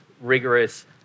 rigorous